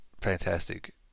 fantastic